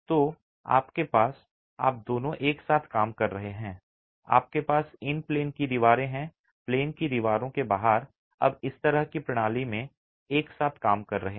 तो आपके पास आप दोनों एक साथ काम कर रहे हैं आपके पास इन प्लेन की दीवारें हैं और प्लेन की दीवारों के बाहर अब इस तरह की प्रणाली में एक साथ काम कर रहे हैं